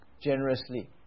generously